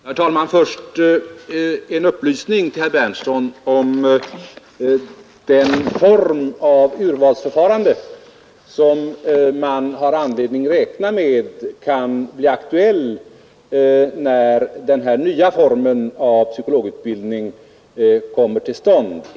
Herr talman! Först vill jag lämna en upplysning till herr Berndtson i Linköping om det urvalsförfarande som man har anledning räkna med kan bli aktuellt, när denna nya form av psykologutbildning kommer till stånd.